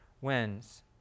wins